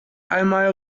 einmal